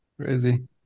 Crazy